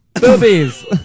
Boobies